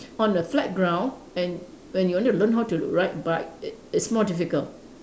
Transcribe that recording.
on the flat ground and when you want to learn how to ride bike it it's more difficult